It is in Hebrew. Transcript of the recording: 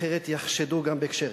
אחרת יחשדו גם בכשרים.